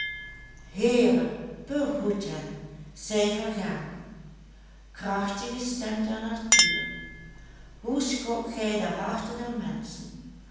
behoed hen zij vergaan krachtige stem der natuur hoe schokt gij de harten der menschen